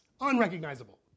Unrecognizable